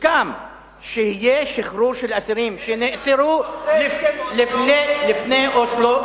הוסכם שיהיה שחרור של אסירים שנאסרו לפני אוסלו.